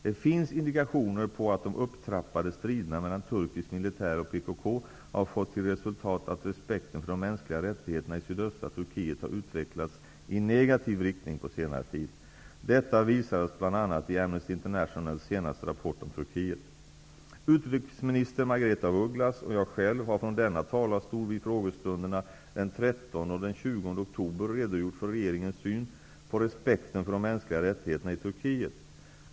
Det finns indikationer på att de upptrappade striderna mellan turkisk militär och PKK har fått till resultat att respekten för de mänskliga rättigheterna i sydöstra Turkiet har utvecklats i negativ riktning på senare tid. Detta visades bl.a. i Utrikesminister Margaretha af Ugglas och jag själv har från denna talarstol vid frågestunderna den 13:e och den 20:e oktober redogjort för regeringens syn på respekten för de mänskliga rättigheterna i Turkiet.